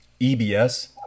EBS